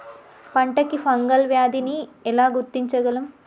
పంట కి ఫంగల్ వ్యాధి ని ఎలా గుర్తించగలం?